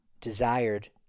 desired